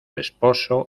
esposo